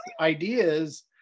ideas